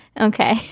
okay